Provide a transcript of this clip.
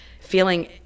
feeling